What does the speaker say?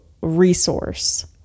resource